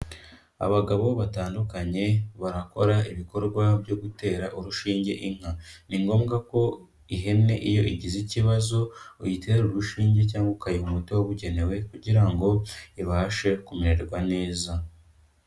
Abagabo batandukanye, barakora ibikorwa byo gutera urushinge inka, ni ngombwa ko ihene iyo igize ikibazo, uyitera urushinge cyangwa ukayiha umuti wabugenewe kugira ngo ibashe kumererwa neza.